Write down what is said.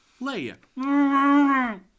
Leia